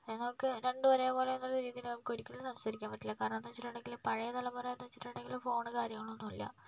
ഞങ്ങൾക്ക് രണ്ടും ഒരേപോലെ എന്നുള്ളരീതിയില് നമുക്കൊരിക്കലും സംസാരിക്കാൻ പറ്റില്ല കാരണമെന്ന് വെച്ചിട്ടുണ്ടെങ്കില് പഴയ തലമുറ എന്ന് വെച്ചിട്ടുണ്ടെങ്കില് ഫോണ് കാര്യങ്ങളൊന്നും ഇല്ല